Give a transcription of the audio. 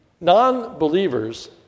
non-believers